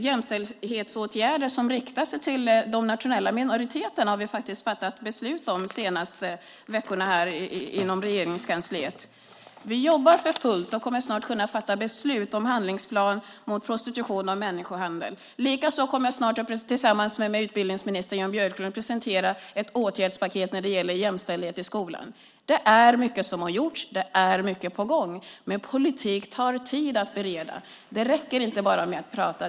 Jämställdhetsåtgärder som riktar sig till de nationella minoriteterna har vi faktiskt fattat beslut om de senaste veckorna inom Regeringskansliet. Vi jobbar för fullt och kommer snart att kunna fatta beslut om handlingsplan mot prostitution och människohandel. Likaså kommer jag snart, tillsammans med utbildningsminister Jan Björklund, att presentera ett åtgärdspaket när det gäller jämställdhet i skolan. Det är mycket som har gjorts. Det är mycket på gång. Men politik tar tid att bereda. Det räcker inte bara att prata.